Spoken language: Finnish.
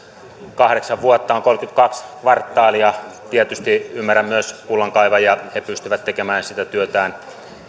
kahdeksan vuotta on kolmekymmentäkaksi kvartaalia tietysti ymmärrän myös kullankaivajia he pystyvät tekemään sitä työtään tehokkaasti